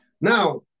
Now